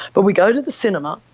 but we go to the cinema,